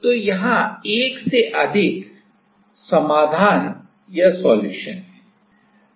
तो यहां एक से अधिक अनेक समाधान हैं